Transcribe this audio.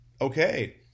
Okay